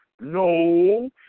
No